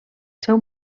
seu